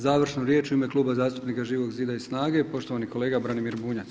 Završnu riječ u ime Kluba zastupnika Živog zida i SNAGA-e poštovani kolega Branimir Bunjac.